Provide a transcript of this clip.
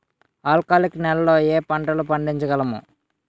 ఆల్కాలిక్ నెలలో ఏ పంటలు పండించగలము?